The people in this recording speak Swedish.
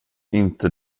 inte